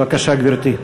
בבקשה, גברתי.